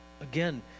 again